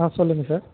ஆ சொல்லுங்கள் சார்